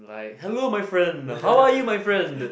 like hello my friend how are you my friend